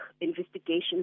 investigations